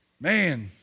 man